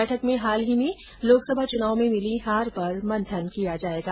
बैठक में हाल ही में लोकसभा चुनाव में मिली हार पर मंथन किया जाएगा